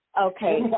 Okay